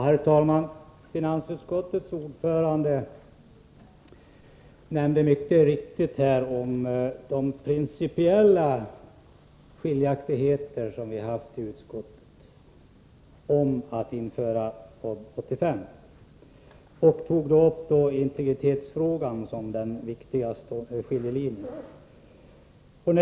Herr talman! Finansutskottets ordförande nämnde helt riktigt att det har rått principiella skiljaktigheter i utskottet i frågan om att genomföra en allmän folkoch bostadsräkning 1985. Han tog därvid upp integritetsfrågan som den viktigaste skiljelinjen.